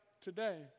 today